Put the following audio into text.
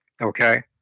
Okay